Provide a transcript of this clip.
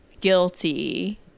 guilty